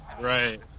Right